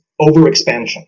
overexpansion